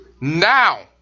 Now